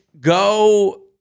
go